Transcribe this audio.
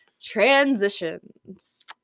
transitions